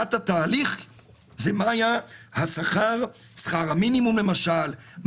תחילת התהליך זה מה היה שכר המינימום למשל,